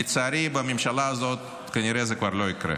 לצערי, בממשלה הזאת כנראה זה כבר לא יקרה.